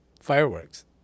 fireworks